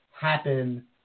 happen